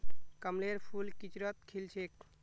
कमलेर फूल किचड़त खिल छेक